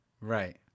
Right